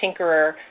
tinkerer